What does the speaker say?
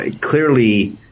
clearly